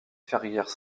ferrières